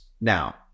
now